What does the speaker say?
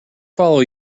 follow